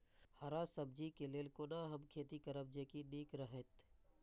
हरा सब्जी के लेल कोना हम खेती करब जे नीक रहैत?